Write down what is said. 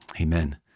amen